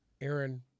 Aaron